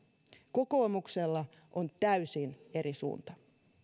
kokoomuksella on täysin eri suunta